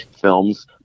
films